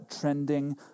trending